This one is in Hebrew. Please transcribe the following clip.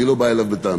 אני לא בא אליו בטענות.